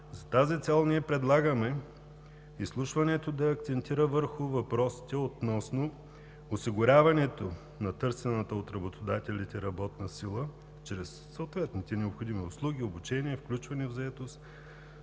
С тази цел ние предлагаме изслушването да акцентира върху въпросите относно осигуряването на търсената от работодателите работна сила чрез съответните необходими услуги – обучение, включване в заетост.